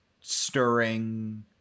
stirring